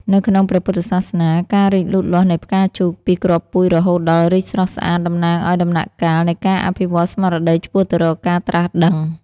នៅក្នុងព្រះពុទ្ធសាសនា ការរីកលូតលាស់នៃផ្កាឈូកពីគ្រាប់ពូជរហូតដល់រីកស្រស់ស្អាតតំណាងឱ្យដំណាក់កាលនៃការអភិវឌ្ឍន៍ស្មារតីឆ្ពោះទៅរកការត្រាស់ដឹង។